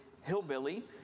hillbilly